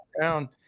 down